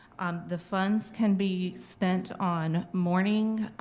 um the funds can be spent on morning